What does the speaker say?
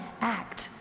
act